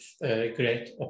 great